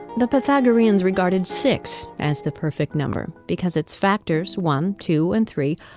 the pythagoreans regarded six as the perfect number because its factors, one, two, and three,